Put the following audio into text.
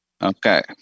Okay